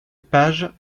page